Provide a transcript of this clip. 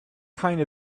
kind